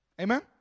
Amen